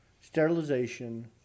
sterilization